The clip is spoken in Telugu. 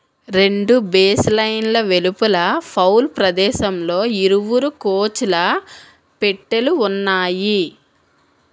రెండు బేస్లైన్ల వెలుపల ఫౌల్ ప్రదేశంలో ఇరువురు కోచ్ల పెట్టెలు ఉన్నాయి